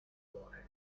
cuore